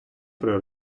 при